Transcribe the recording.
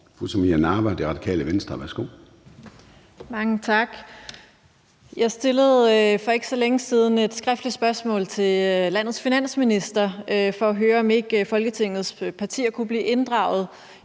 Samira Nawa (RV): Mange tak. Jeg stillede for ikke så længe siden et skriftligt spørgsmål til landets finansminister for at høre, om Folketingets partier ikke kunne blive inddraget